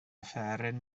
offeryn